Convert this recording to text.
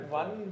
one